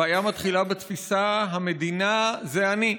הבעיה מתחילה בתפיסה "המדינה זה אני".